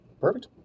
Perfect